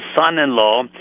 son-in-law